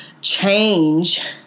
change